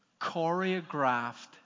choreographed